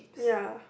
ya